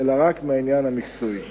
אלא רק מהעניין המקצועי.